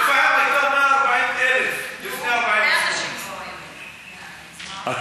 אום אל-פחם הייתה 140,000 לפני 48'. אז מה,